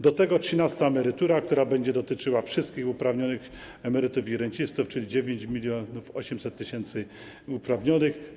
Do tego trzynasta emerytura, która będzie dotyczyła wszystkich uprawnionych emerytów i rencistów, czyli 9800 tys. uprawnionych.